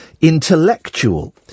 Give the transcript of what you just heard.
intellectual